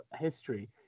history